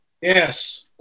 Yes